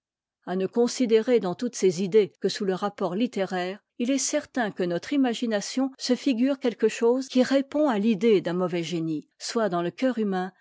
a ne considérer toutes ces idées que sous le rapport littéraire il est certain que notre imagination se figure quelque chose qui répond à l'idée d'un mauvais génie soit dans le coeur humain